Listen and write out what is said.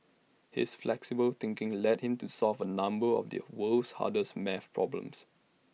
his flexible thinking led him to solve A number of the world's hardest math problems